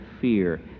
fear